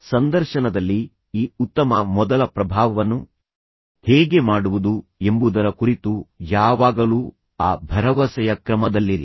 ಸಂದರ್ಶನದಲ್ಲಿ ಈ ಉತ್ತಮ ಮೊದಲ ಪ್ರಭಾವವನ್ನು ಹೇಗೆ ಮಾಡುವುದು ಎಂಬುದರ ಕುರಿತು ಯಾವಾಗಲೂ ಆ ಭರವಸೆಯ ಕ್ರಮದಲ್ಲಿರಿ